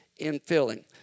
infilling